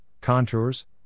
contours